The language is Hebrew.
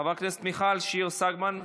חברת הכנסת מיכל שיר סגמן,